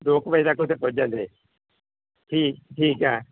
ਦੋ ਕੁ ਵਜੇ ਤੱਕ ਉੱਥੇ ਪੁੱਜ ਜਾਂਦੇ ਠੀਕ ਠੀਕ ਹੈ